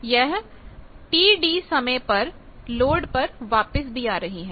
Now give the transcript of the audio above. यह tTd समय पर लोड पर वापस भी आ रहे हैं